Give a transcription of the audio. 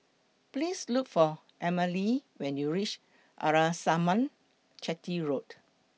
Please Look For Emmalee when YOU REACH Arnasalam Chetty Road